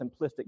simplistic